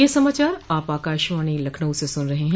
ब्रे क यह समाचार आप आकाशवाणी लखनऊ से सुन रहे हैं